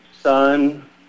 son